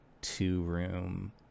two-room